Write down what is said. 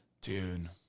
Dude